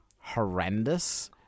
horrendous